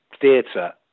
theatre